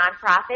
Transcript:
nonprofit